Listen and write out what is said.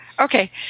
Okay